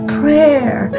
prayer